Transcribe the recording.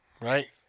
right